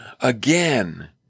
again